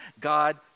God